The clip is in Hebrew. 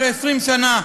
אחרי 20 שנה,